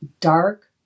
Dark